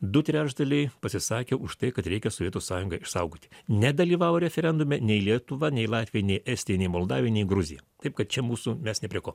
du trečdaliai pasisakė už tai kad reikia sovietų sąjungą išsaugoti nedalyvavo referendume nei lietuva nei latvija nei estija nei moldavija nei gruzija taip kad čia mūsų mes ne prie ko